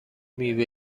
میوه